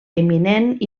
eminent